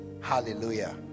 hallelujah